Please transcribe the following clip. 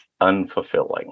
unfulfilling